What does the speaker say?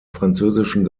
französischen